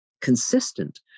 consistent